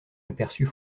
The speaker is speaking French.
aperçut